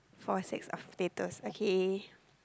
four six of status okay